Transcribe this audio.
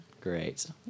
Great